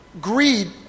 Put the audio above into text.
Greed